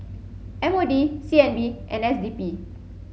M O D C N B and S D P